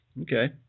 Okay